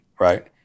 right